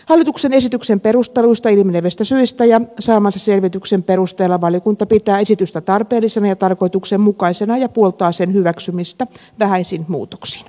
hallituksen esityksen perusteluista ilmenevistä syistä ja saamansa selvityksen perusteella valiokunta pitää esitystä tarpeellisena ja tarkoituksenmukaisena ja puoltaa sen hyväksymistä vähäisin muutoksin